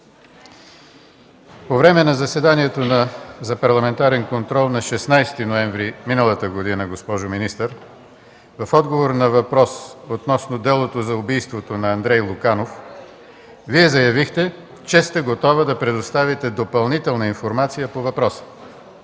По време на заседанието за парламентарен контрол на 16 ноември миналата година, госпожо министър, в отговор на въпрос относно делото за убийството на Андрей Луканов, Вие заявихте, че сте готова да предоставите допълнителна информация по въпроса.